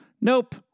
Nope